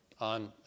on